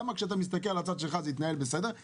למה כשאתה מסתכל על הצד שלך זה התנהל בסדר